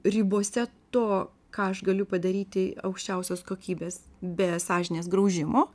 ribose to ką aš galiu padaryti aukščiausios kokybės be sąžinės graužimo